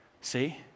See